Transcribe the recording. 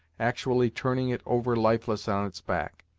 actually turning it over lifeless on its back.